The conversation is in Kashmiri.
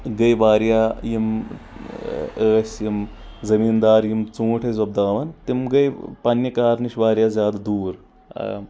گٔے واریاہ یِم ٲسۍ یِم زٔمیٖندار یِم ژوٗنٛٹھۍ ٲسۍ وۄپداون تِم گٔے پننہِ کار نِش واریاہ زیادٕ دوٗر